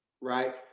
right